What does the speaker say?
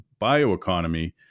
bioeconomy